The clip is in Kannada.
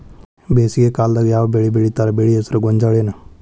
ಬೇಸಿಗೆ ಕಾಲದಾಗ ಯಾವ್ ಬೆಳಿ ಬೆಳಿತಾರ, ಬೆಳಿ ಹೆಸರು ಗೋಂಜಾಳ ಏನ್?